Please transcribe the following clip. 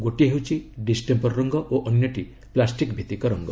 ଗୋଟିଏ ହେଉଛି ଡିଷ୍ଟେମ୍ପର ରଙ୍ଗ ଓ ଅନ୍ୟଟି ପ୍ଲାଷ୍ଟିକ୍ ଭିତ୍ତିକ ରଙ୍ଗ